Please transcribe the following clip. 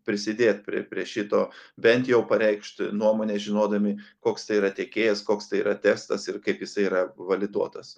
prisidėt prie prie šito bent jau pareikšti nuomonę žinodami koks tai yra tiekėjas koks tai yra testas ir kaip jisai yra validuotas